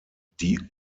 die